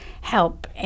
help